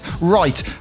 Right